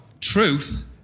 truth